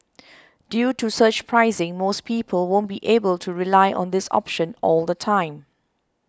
due to surge pricing most people won't be able to rely on this option all the time